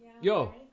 Yo